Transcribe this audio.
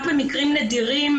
רק במקרים נדירים,